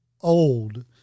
old